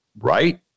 right